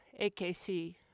AKC